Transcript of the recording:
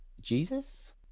Jesus